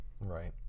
Right